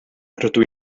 rydw